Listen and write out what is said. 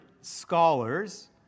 scholars